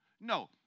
No